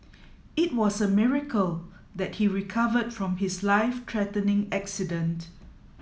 it was a miracle that he recovered from his life threatening accident